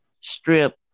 strip